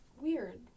weird